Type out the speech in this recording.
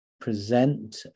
present